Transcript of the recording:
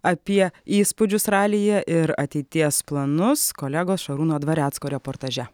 apie įspūdžius ralyje ir ateities planus kolegos šarūno dvarecko reportaže